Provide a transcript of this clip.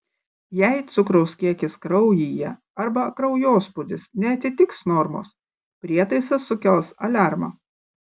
jei cukraus kiekis kraujyje arba kraujospūdis neatitiks normos prietaisas sukels aliarmą